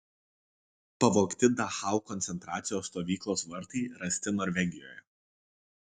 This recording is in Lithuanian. pavogti dachau koncentracijos stovyklos vartai rasti norvegijoje